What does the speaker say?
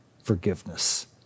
forgiveness